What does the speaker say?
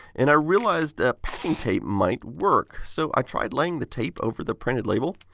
and i realized ah packing tape might work. so i tried laying the tape over the printed label.